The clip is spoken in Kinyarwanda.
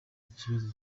ikibazo